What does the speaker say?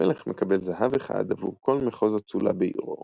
- המלך מקבל זהב אחד עבור כל מחוז אצולה בעירו,